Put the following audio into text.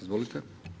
Izvolite.